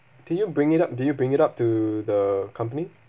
did you bring it up do you bring it up to the company